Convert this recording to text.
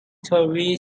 turvy